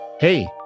Hey